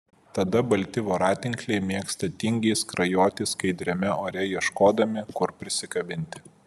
tada balti voratinkliai mėgsta tingiai skrajoti skaidriame ore ieškodami kur prisikabinti